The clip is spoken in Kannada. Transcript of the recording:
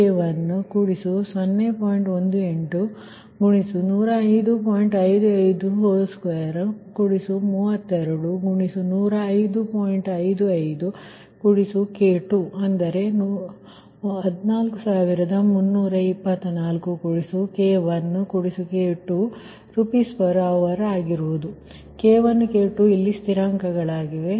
ಆದ್ದರಿಂದ K1 K2 ಸ್ಥಿರಾಂಕಗಳು ಇಲ್ಲಿವೆ